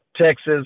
Texas